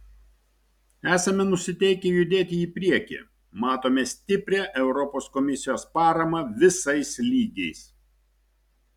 esame nusiteikę judėti į priekį matome stiprią europos komisijos paramą visais lygiais